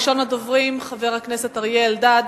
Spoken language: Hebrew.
ראשון הדוברים, חבר הכנסת אריה אלדד,